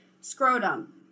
scrotum